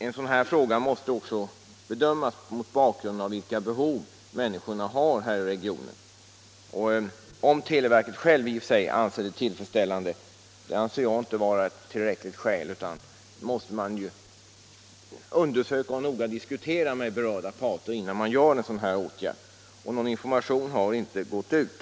En sådan här fråga måste också ses mot bakgrund av vilka behov människorna i regionen har. Att televerket självt anser alternativen tillfredsställande tycker jag inte vara ett tillräckligt skäl; innan man vidtar en sådan här åtgärd måste man diskutera med berörda parter, och någon information har inte gått ut.